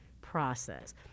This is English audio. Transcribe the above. process